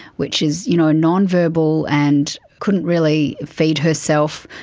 which is you know non-verbal and couldn't really feed herself,